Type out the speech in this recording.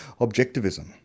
objectivism